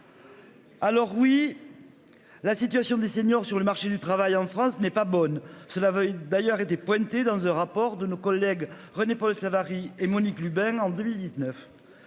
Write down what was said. Alors oui. La situation des seniors sur le marché du travail en France n'est pas bonne. Cela veille d'ailleurs été pointé dans un rapport de nos collègues René-Paul Savary et Monique Lubin en 2019.